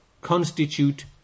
constitute